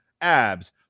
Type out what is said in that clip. abs